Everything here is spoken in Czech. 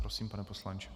Prosím, pane poslanče.